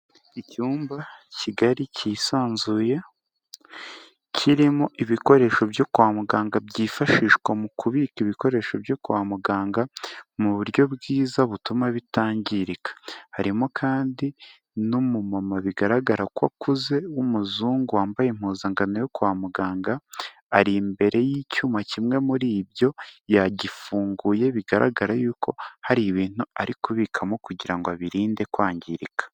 Icyumba kigari, cyisanzuye, kirimo ibikoresho byo kwa muganga byifashishwa mu kubika ibikoresho byo kwa muganga, mu buryo bwiza butuma bitangirika, harimo kandi n'umumama bigaragara ko akuze w'umuzungu wambaye impuzangano yo kwa muganga, ari imbere y'icyuma kimwe muri ibyo, yagifunguye, bigaragara yuko hari ibintu ari kubikamo kugira ngo abirinde kwangirika.